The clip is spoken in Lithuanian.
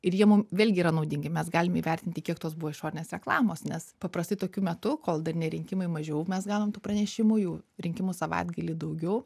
ir jie mum vėlgi yra naudingi mes galim įvertinti kiek tos buvo išorinės reklamos nes paprastai tokiu metu kol dar ne rinkimai mažiau mes gaunam tų pranešimų jau rinkimų savaitgalį daugiau